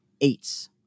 eights